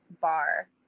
bar